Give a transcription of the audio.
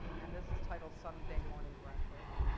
and this is titled sunday morning breakfast.